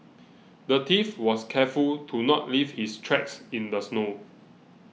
the thief was careful to not leave his tracks in the snow